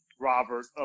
Robert